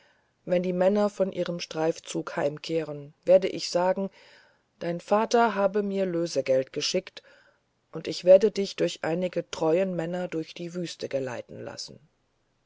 wenn die männer von ihrem streifzug heimkehren werde ich sagen dein vater habe mir lösegeld geschickt und ich werde dich durch einige treue männer durch die wüste geleiten lassen